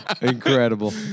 Incredible